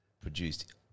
produced